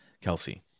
Kelsey